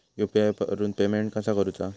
UPI वरून payment कसा करूचा?